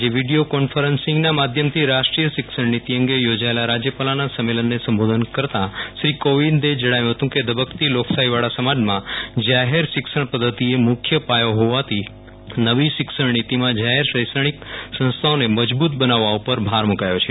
આજે વીડિયો કોન્ફરન્સિંગના માધ્યમથી રાષ્ટ્રીય શિક્ષણ નીતિ અંગે યોજાયેલા રાજ્યપાલોના સંમેલનને સંબોધન કરા તા શ્રી કોવિંદે જણાવ્યું હતુ કે ધબકતી લોકશાહીવાળા સમાજમાં જાહેર શિક્ષણ પદ્ધતિએ મુખ્ય પાયો હોવાથી નવી શિક્ષણનીતિમાં જાહેર શૈક્ષણિક સંસ્થાઓને મજબૂત બનાવવા ઉપર ભાર મૂકાયો છે